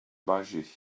bâgé